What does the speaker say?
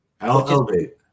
Elevate